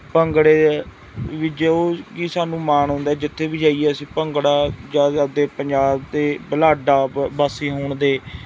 ਭੰਗੜਾ ਵੀ ਜੋ ਕਿ ਸਾਨੂੰ ਮਾਣ ਹੁੰਦਾ ਜਿੱਥੇ ਵੀ ਜਾਈਏ ਅਸੀਂ ਭੰਗੜਾ ਜ਼ਿਆਦਾ ਦੇ ਪੰਜਾਬ ਅਤੇ ਬੁਢਲਾਡਾ ਵ ਵਾਸੀ ਹੋਣ ਦੇ